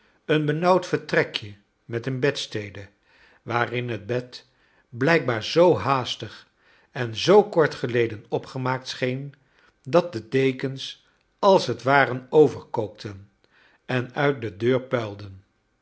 een benauwd vertrekje met een bedstede waarin het bed blijkbaar zoo haastig en zoo kort geleden opgemaakt scheen dat de dekens als t ware overkookten en uit de deur puilden